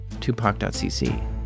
Tupac.cc